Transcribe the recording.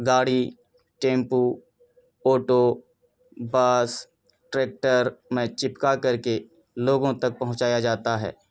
گاڑی tempo auto bus tractor میں چپکا کر کے لوگوں تک پہنچایا جاتا ہے